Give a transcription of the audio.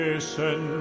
Listen